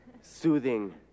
soothing